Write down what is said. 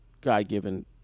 God-given